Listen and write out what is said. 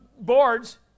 boards